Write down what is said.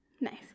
Nice